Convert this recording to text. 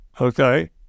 okay